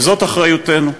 וזו אחריותנו,